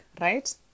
right